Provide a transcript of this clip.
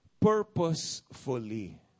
purposefully